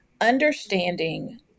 understanding